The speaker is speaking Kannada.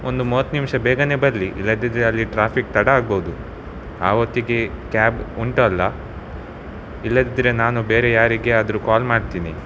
ಒಂದು ಮೂವತ್ತು ನಿಮಿಷ ಬೇಗನೆ ಬರಲಿ ಇಲ್ಲದಿದ್ದರೆ ಅಲ್ಲಿ ಟ್ರಾಫಿಕ್ ತಡ ಆಗ್ಬೌದು ಆ ಹೊತ್ತಿಗೆ ಕ್ಯಾಬ್ ಉಂಟಲ್ಲಾ ಇಲ್ಲದಿದ್ದರೆ ನಾನು ಬೇರೆ ಯಾರಿಗೆಯಾದರೂ ಕಾಲ್ ಮಾಡ್ತೀನಿ